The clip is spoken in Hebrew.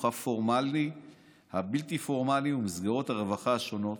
הפורמלי והבלתי-פורמלי ובמסגרות הרווחה השונות,